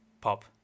pop